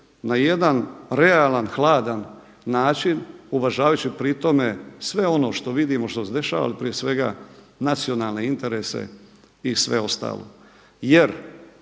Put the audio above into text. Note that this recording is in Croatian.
na jedan realan, hladan način uvažavajući pri tome sve ono što vidimo što se dešava, ali prije svega nacionalne interese i sve ostalo.